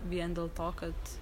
vien dėl to kad